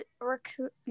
recruit